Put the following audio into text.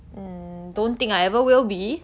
mm don't think I ever will be